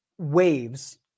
Waves